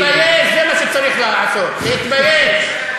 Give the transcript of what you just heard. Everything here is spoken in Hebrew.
להתבייש זה מה שצריך לעשות, להתבייש.